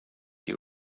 you